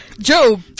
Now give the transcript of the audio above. Joe